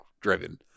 driven